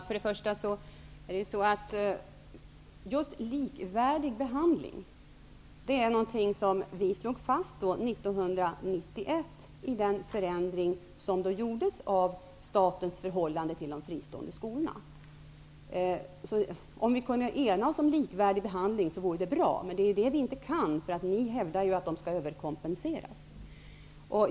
Herr talman! Principen om likvärdig behandling slogs fast 1991 vid den förändring som gjordes av statens förhållande till de fristående skolorna. Det vore bra om vi kunde ena oss om likvärdig behandling, men det är det vi inte kan. Ni hävdar ju att de fristående skolorna skall överkompenseras.